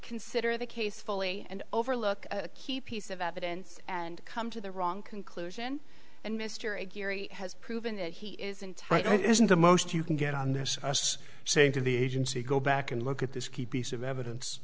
consider the case fully and overlook a key piece of evidence and come to the wrong conclusion and mr a geary has proven that he isn't tight isn't the most you can get on this i was saying to the agency go back and look at this key piece of evidence